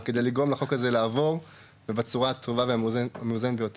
כדי לגרום לחוק הזה לעבור ובצורה הטובה והמאוזנת ביותר.